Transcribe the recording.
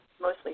mostly